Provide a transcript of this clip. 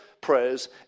prayers